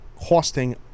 costing